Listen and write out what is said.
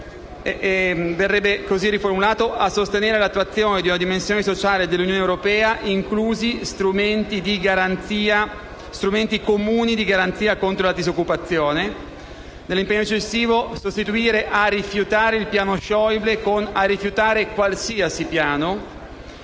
verrebbe così riformulato: «a sostenere l'attuazione di una dimensione sociale dell'Unione europea, inclusi strumenti comuni di garanzia contro la disoccupazione». Nel paragrafo successivo si propone di sostituire «a rifiutare il piano Schauble» con «a rifiutare qualsiasi piano».